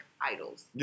idols